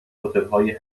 هتلهای